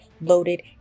loaded